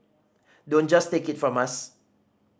don't just take it from us